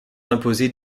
imposer